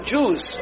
Jews